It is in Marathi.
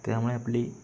त्यामुळे आपली